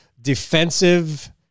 defensive